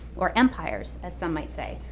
or empires, as some might say,